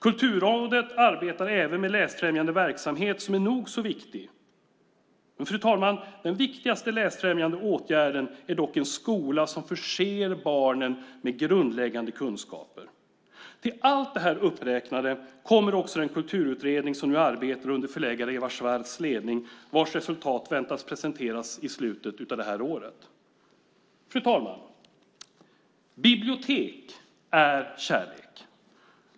Kulturrådet arbetar även med läsfrämjande verksamhet, som är nog så viktig. Men, fru talman, den viktigaste läsfrämjande åtgärden är en skola som förser barnen med grundläggande kunskaper. Till allt detta uppräknade kommer också den kulturutredning som nu arbetar under förläggare Ewa Swartz ledning och vars resultat väntas presenteras i slutet av detta år. Fru talman! Bibliotek är kärlek.